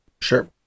sure